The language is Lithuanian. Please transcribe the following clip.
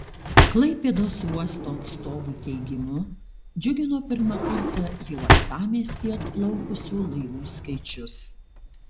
klaipėdos uosto atstovų teigimu džiugino pirmą kartą į uostamiestį atplaukusių laivų skaičius